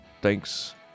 Thanks